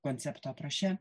koncepto apraše